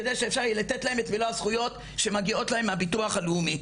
כדי שאפשר יהיה לתת להם את מלא הזכויות שמגיעות להם מהביטוח הלאומי,